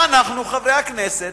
ואנחנו, חברי הכנסת,